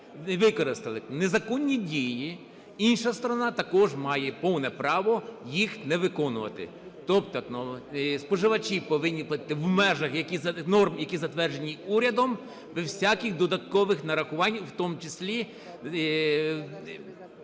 використали незаконні дії, інша сторона також має повне право їх не виконувати. Тобто споживачі повинні в межах норм, які затверджені урядом, без всяких додаткових нарахувань, в тому числі